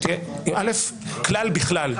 כלל בכלל,